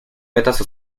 vetas